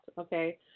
okay